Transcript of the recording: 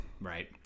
right